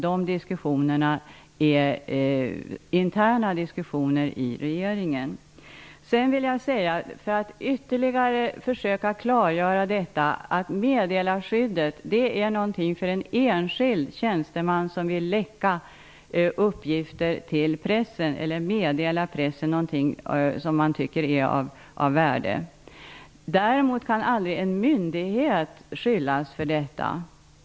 De diskussioner som förs där är interna diskussioner. För ytterligare klargörande vill jag säga att meddelarskyddet gäller enskild tjänsteman som vill meddela pressen något som denne tycker är av värde. En myndighet kan däremot aldrig skyllas för detta.